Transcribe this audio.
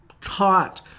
taught